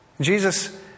Jesus